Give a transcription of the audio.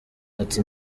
ati